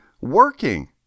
working